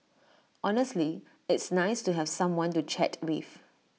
honestly it's nice to have someone to chat with